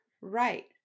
Right